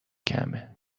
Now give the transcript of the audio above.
کمه